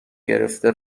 گرفته